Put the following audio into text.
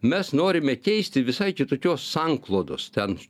mes norime keisti visai kitokios sanklodos ten